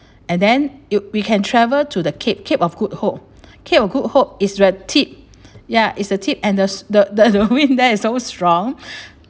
and then you we can travel to the cape cape of good hope cape of good hope is a tip ya it's a tip and the s~ the the wind there is so strong